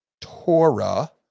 Torah